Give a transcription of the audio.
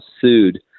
sued